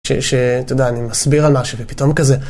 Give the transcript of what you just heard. שאתה יודע, אני מסביר על משהו ופתאום כזה